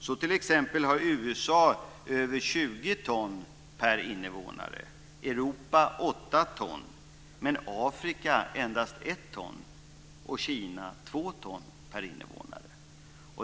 Så t.ex. har USA över 20 ton per invånare och Europa 8 ton men Afrika endast 1 ton och Kina 2 ton per invånare.